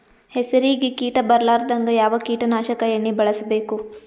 ಹೆಸರಿಗಿ ಕೀಟ ಬರಲಾರದಂಗ ಯಾವ ಕೀಟನಾಶಕ ಎಣ್ಣಿಬಳಸಬೇಕು?